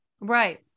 Right